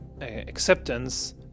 acceptance